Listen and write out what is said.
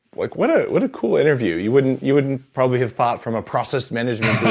like what ah what a cool interview. you wouldn't you wouldn't probably have thought from a process management